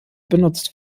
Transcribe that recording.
benutzt